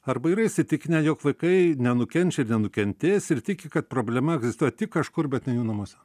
arba yra įsitikinę jog vaikai nenukenčia nenukentės ir tiki kad problema egzistuoja tik kažkur bet ne jų namuose